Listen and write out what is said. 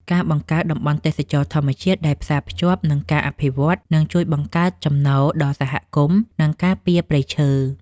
ការបង្កើតតំបន់ទេសចរណ៍ធម្មជាតិដែលផ្សារភ្ជាប់នឹងការអភិរក្សនឹងជួយបង្កើតចំណូលដល់សហគមន៍ និងការពារព្រៃឈើ។